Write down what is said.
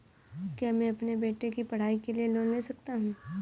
क्या मैं अपने बेटे की पढ़ाई के लिए लोंन ले सकता हूं?